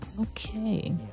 Okay